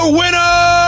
winner